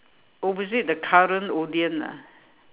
opposite the current Odean lah